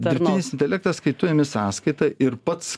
dirbtinis intelektas kai tu imi sąskaita ir pats